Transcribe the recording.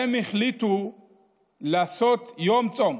הם החליטו לעשות יום צום,